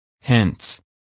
Hence